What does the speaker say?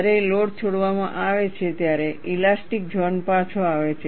જ્યારે લોડ છોડવામાં આવે છે ત્યારે ઇલાસ્ટીક ઝોન પાછો આવે છે